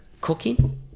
cooking